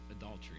adultery